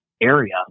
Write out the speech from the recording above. area